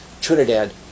Trinidad